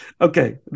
Okay